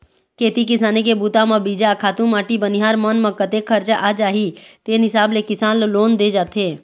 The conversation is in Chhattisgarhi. खेती किसानी के बूता म बीजा, खातू माटी बनिहार मन म कतेक खरचा आ जाही तेन हिसाब ले किसान ल लोन दे जाथे